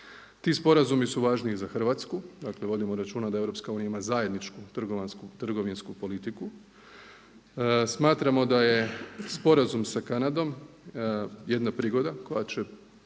Ti sporazumi su važni i za Hrvatsku. Dakle, vodimo računa da EU ima zajedničku trgovinsku politiku. Smatramo da je sporazum sa Kanadom jedna prigoda koja će